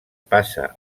passa